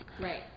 Right